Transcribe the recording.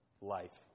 life